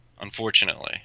Unfortunately